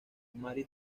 mary